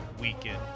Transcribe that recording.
weekend